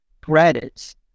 credits